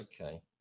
Okay